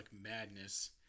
madness